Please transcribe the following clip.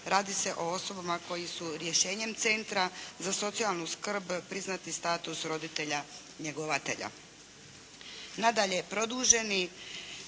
radi se o osobama koje su rješenjem centra za socijalnu skrb priznati status roditelja, njegovatelja. Nadalje, produženi